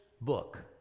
book